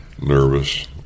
nervous